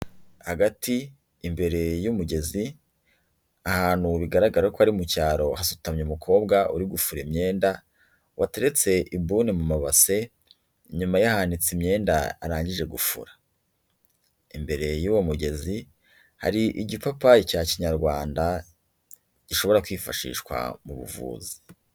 Hagati, imbere y'umugezi, ahantu bigaragara ko ari mu cyaro, hasutamye umukobwa uri gufura imyenda, wateretse ibuni mu mabase, inyuma ye hanitse imyenda arangije gufura, imbere y'uwo mugezi, hari igipapayi cya Kinyarwanda, gishobora kwifashishwa mu buvuzi.